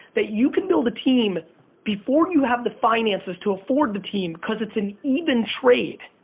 that you can build a team before you have the finances to afford the team cause it's an even trade.